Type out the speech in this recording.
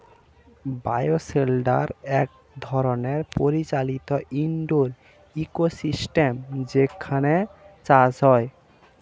bio shelter এক ধরনের পরিচালিত ইন্ডোর ইকোসিস্টেম যেখানে চাষ হয়